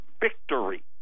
victory